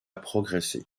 progresser